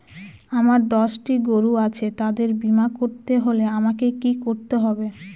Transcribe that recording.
আমার দশটি গরু আছে তাদের বীমা করতে হলে আমাকে কি করতে হবে?